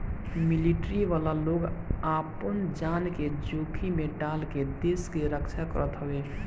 military वाला लोग आपन जान के जोखिम में डाल के देस के रक्षा करत हवे